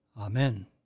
Amen